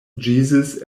jesus